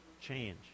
change